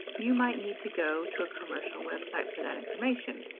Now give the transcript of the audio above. you might need to go to a commercial website for that information.